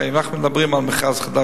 הרי אם אנחנו מדברים על מכרז חדש,